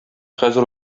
хәзер